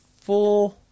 four